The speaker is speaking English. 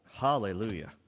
Hallelujah